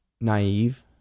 naive